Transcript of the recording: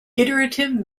iterative